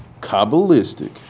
Kabbalistic